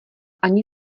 ani